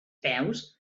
peus